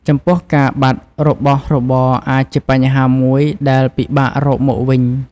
ចំពោះ ការបាត់របស់របរអាចជាបញ្ហាមួយដែលពិបាករកមកវិញ។